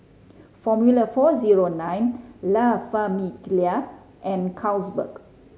Formula Four Zero Nine La Famiglia and Carlsberg